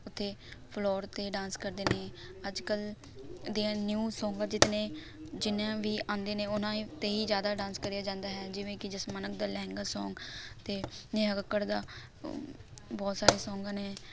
ਉੱਥੇ ਫਲੋਰ 'ਤੇ ਡਾਂਸ ਕਰਦੇ ਨੇ ਅੱਜ ਕੱਲ੍ਹ ਦੀਆਂ ਨਿਊ ਸੌਂਗਾਂ ਜਿਤਨੇ ਜਿੰਨੀਆਂ ਵੀ ਆਉਂਦੇ ਨੇ ਉਹਨਾਂ 'ਤੇ ਹੀ ਜ਼ਿਆਦਾ ਡਾਂਸ ਕਰਿਆ ਜਾਂਦਾ ਹੈ ਜਿਵੇਂ ਕਿ ਜੱਸ ਮਾਨਕ ਦਾ ਲਹਿੰਗਾ ਸੌਂਗ ਅਤੇ ਨੇਹਾ ਕੱਕੜ ਦਾ ਬਹੁਤ ਸਾਰੇ ਸੌਂਗ ਨੇ